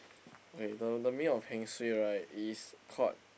okay the the meaning of heng suay right is called